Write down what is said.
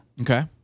Okay